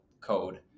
code